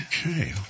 okay